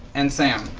and sam.